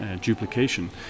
duplication